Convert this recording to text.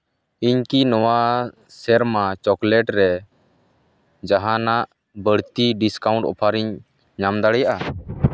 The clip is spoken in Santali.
ᱤᱧᱠᱤ ᱠᱤ ᱱᱚᱣᱟ ᱥᱮᱨᱢᱟ ᱪᱚᱠᱞᱮᱴ ᱨᱮ ᱡᱟᱦᱟᱱᱟᱜ ᱵᱟᱹᱲᱛᱤ ᱰᱤᱥᱠᱟᱣᱩᱱᱴ ᱚᱯᱷᱟᱨᱤᱧ ᱧᱟᱢ ᱫᱟᱲᱮᱭᱟᱜᱼᱟ